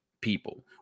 people